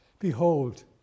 Behold